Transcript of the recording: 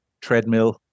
treadmill